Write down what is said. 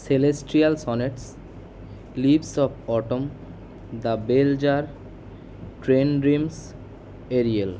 celestial sonnet leads of autumn the bell jar trend dreams Ariel